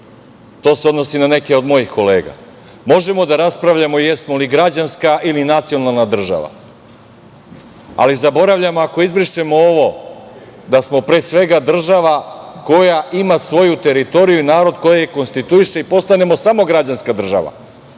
To se odnosi na neke od mojih kolega. Možemo da raspravljamo jesmo li građanska ili nacionalna država, ali zaboravljamo ako izbrišemo ovo, da smo pre svega država koja ima svoju teritoriju i narod koji je konstituiše i postanemo samo građanska država,